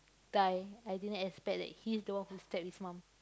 die I didn't expect that he's the one who stab his mum